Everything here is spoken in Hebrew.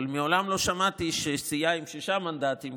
אבל מעולם לא שמעתי שסיעה עם שישה מנדטים,